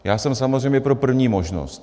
Já jsem samozřejmě pro první možnost.